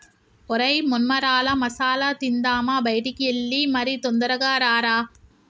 ఒరై మొన్మరాల మసాల తిందామా బయటికి ఎల్లి మరి తొందరగా రారా